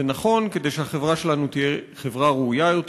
זה נכון כדי שהחברה שלנו תהיה חברה ראויה יותר.